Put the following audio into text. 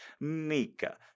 Mika